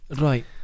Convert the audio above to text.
right